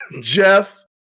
Jeff